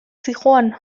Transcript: zihoan